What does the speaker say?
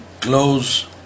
close